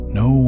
no